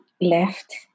left